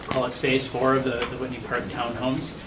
call it phase four of the whitney park townhomes.